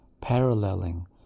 paralleling